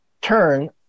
turn